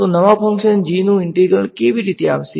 તો નવા function g નું ઇન્ટિગ્રલ કેવી રીતે આવશે